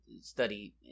study